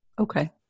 Okay